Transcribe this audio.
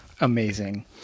amazing